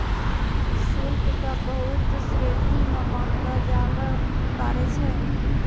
शुल्क क बहुत श्रेणी म बांटलो जाबअ पारै छै